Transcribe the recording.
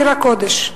עיר הקודש,